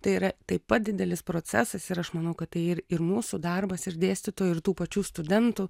tai yra taip pat didelis procesas ir aš manau kad tai ir ir mūsų darbas ir dėstytojų ir tų pačių studentų